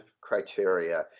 criteria